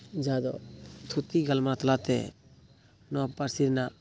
ᱡᱟᱦᱟᱸ ᱫᱚ ᱛᱷᱩᱛᱤ ᱜᱟᱞᱢᱟᱨᱟᱣ ᱛᱟᱞᱟᱛᱮ ᱱᱚᱣᱟ ᱯᱟᱹᱨᱥᱤ ᱨᱮᱱᱟᱜ